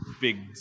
big